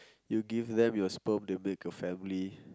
you give them your sperm they'll make a family